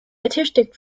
ertüchtigt